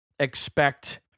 Expect